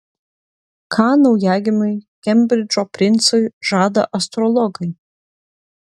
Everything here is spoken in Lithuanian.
ką naujagimiui kembridžo princui žada astrologai